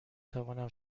توانم